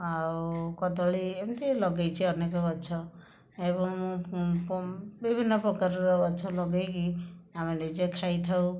ଆଉ କଦଳୀ ଏମିତି ଲଗେଇଛି ଅନେକ ଗଛ ଏବଂ ବିଭିନ୍ନ ପ୍ରକାରର ଗଛ ଲଗେଇକି ଆମେ ନିଜେ ଖାଇଥାଉ